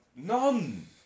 None